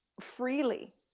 freely